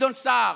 גדעון סער,